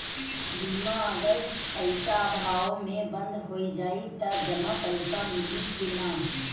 बीमा अगर पइसा अभाव में बंद हो जाई त जमा पइसा मिली कि न?